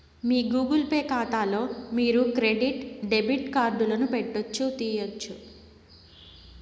మీ Google Pay కాతాలో మీరు మీ క్రెడిట్ డెబిట్ కార్డులను పెట్టొచ్చు, తీయొచ్చు